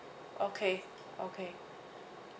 okay okay